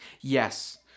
Yes